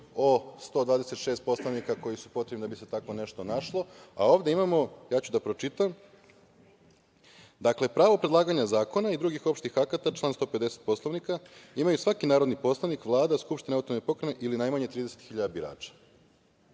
126 poslanika koji su potrebni da bi se tako nešto našlo. Ovde imamo, ja ću da pročitam, dakle: „Pravo predlaganja zakona i drugih opštih akata, član 150. Poslovnika, imaju svaki narodni poslanik, Vlada, skupština autonomne pokrajine ili najmanje 30 hiljada